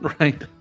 Right